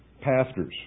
pastors